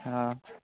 हँ